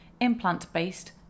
implant-based